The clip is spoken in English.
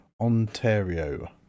Ontario